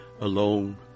alone